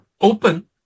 open